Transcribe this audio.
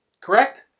correct